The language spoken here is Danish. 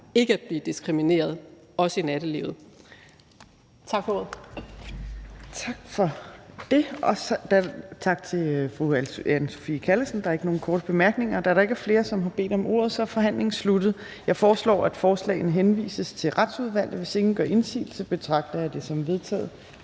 ikke blive diskrimineret, også i nattelivet.